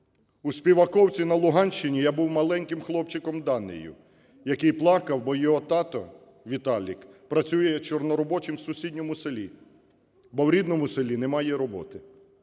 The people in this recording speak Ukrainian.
У Співаковці на Луганщині я був маленьким хлопчиком Данею, який плакав, бо його тато, Віталік, працює чорноробочим в сусідньому селі, бо в рідному селі немає роботи.